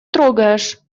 трогаешь